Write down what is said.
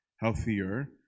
healthier